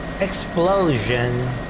explosion